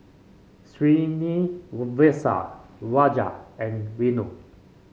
Rajat and Renu